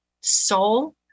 soul